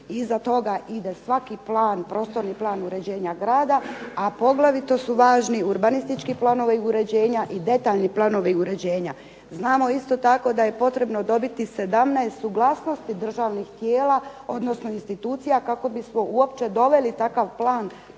Iza toga ide svaki plan, prostorni plan uređenja grada, a poglavito su važni urbanistički planovi uređenja i detaljni planovi uređenja. Znamo isto tako da je potrebno dobiti 17 suglasnosti državnih tijela, odnosno institucija kako bismo uopće doveli takav plan